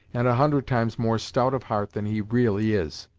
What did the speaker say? and a hundred times more stout of heart than he really is.